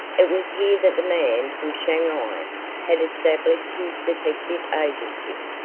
it was here that the man from shanghai had established his detective agency,